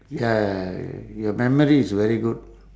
ya your memory is very good